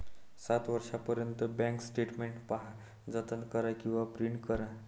सात वर्षांपर्यंत bank statement पहा, जतन करा किंवा प्रिंट करा